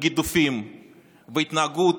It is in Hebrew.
וגידופים והתנהגות